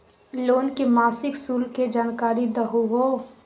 Loan के मासिक शुल्क के जानकारी दहु हो?